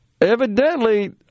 evidently